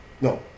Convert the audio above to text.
No